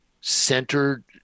centered